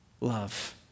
love